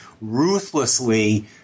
ruthlessly